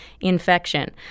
infection